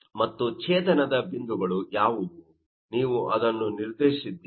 ಮತ್ತು ಛೇದನದ ಬಿಂದುಗಳು ಯಾವುವು ನೀವು ಅದನ್ನು ನಿರ್ಧರಿಸಿದ್ದೀರಿ